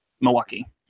Milwaukee